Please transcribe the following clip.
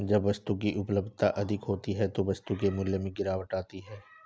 जब वस्तु की उपलब्धता अधिक होती है तो वस्तु के मूल्य में गिरावट आती है